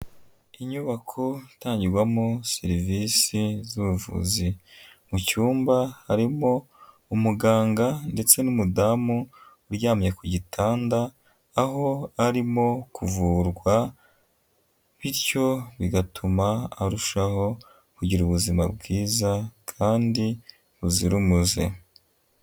Inyubako itangirwamo serivisi z'ubuvuzi, mu cyumba harimo umuganga ndetse n'umudamu uryamye ku gitanda, aho arimo kuvurwa bityo bigatuma arushaho kugira ubuzima bwiza kandi buzira umuze.